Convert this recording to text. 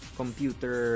computer